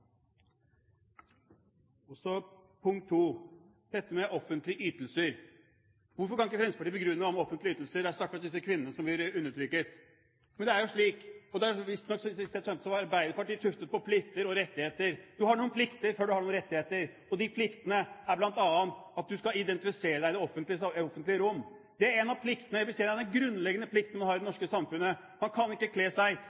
Så punkt 2 – dette med offentlige ytelser: Hvorfor kan ikke Fremskrittspartiet begrunne dette med offentlige ytelser og stakkars disse kvinnene som blir undertrykt? Visst nok, så vidt jeg skjønte, var Arbeiderpartiet tuftet på plikter og rettigheter. Man har noen plikter før man har noen rettigheter, og de pliktene er bl.a. at man skal identifisere seg i det offentlige rom. Det er en av de grunnleggende pliktene som vi har i det norske samfunnet. Man kan ikke kle seg i